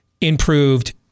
improved